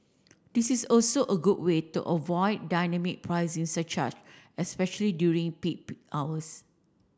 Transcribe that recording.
this is also a good way to avoid dynamic pricing surcharge especially during peak hours